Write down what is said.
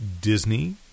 Disney